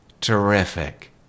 Terrific